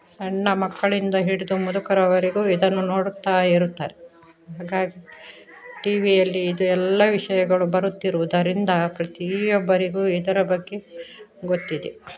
ಸಣ್ಣ ಮಕ್ಕಳಿಂದ ಹಿಡಿದು ಮುದುಕರವರೆಗೂ ಇದನ್ನು ನೋಡುತ್ತಾ ಇರುತ್ತಾರೆ ಹಾಗಾಗಿ ಟಿವಿಯಲ್ಲಿ ಇದು ಎಲ್ಲ ವಿಷಯಗಳು ಬರುತ್ತಿರುವುದರಿಂದ ಪ್ರತಿಯೊಬ್ಬರಿಗೂ ಇದರ ಬಗ್ಗೆ ಗೊತ್ತಿದೆ